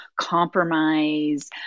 compromise